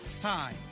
Hi